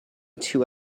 two